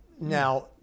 Now